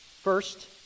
First